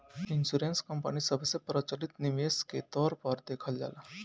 insurance company सबसे प्रचलित निवेश के तौर पर देखल जाला